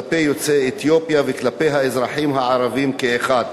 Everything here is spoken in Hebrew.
כלפי יוצאי אתיופיה וכלפי האזרחים הערבים כאחד.